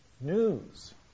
news